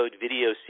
video